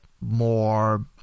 more